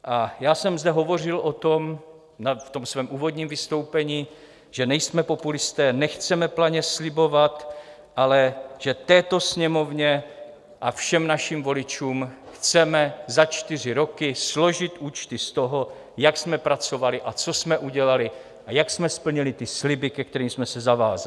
A já jsem zde hovořil o tom, v tom svém úvodním vystoupení, že nejsme populisté, nechceme planě slibovat, ale že této Sněmovně a všem našim voličům chceme za čtyři roky složit účty z toho, jak jsme pracovali, co jsme udělali a jak jsme splnili sliby, ke kterým jsme se zavázali.